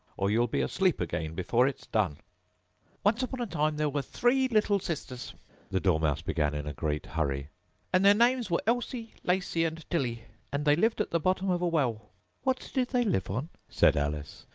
or you'll be asleep again before it's done once upon a time there were three little sisters the dormouse began in a great hurry and their names were elsie, lacie, and tillie and they lived at the bottom of a well what did they live on said alice,